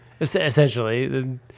Essentially